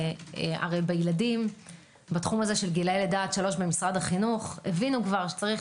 הרי בתחום של גילאי ליגה עד 3 במשרד החינוך הבינו שצריך